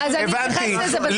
לא נתתם מספיק,